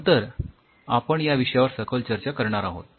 नंतर आपण या विषयावर सखोल चर्चा करणार आहोत